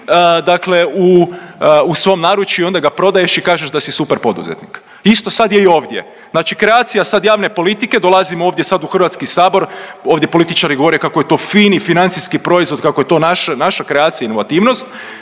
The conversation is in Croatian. u svom naručju i onda ga prodaješ i kažeš da si super poduzetnik. Isto sad je i ovdje. Znači kreacija sad javne politike, dolazimo ovdje sad u Hrvatski sabor, ovdje političari govore kako je to fini financijski proizvod, kako je to naša kreacija, inovativnost.